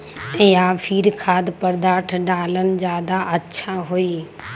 या फिर खाद्य पदार्थ डालना ज्यादा अच्छा होई?